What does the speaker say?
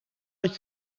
dat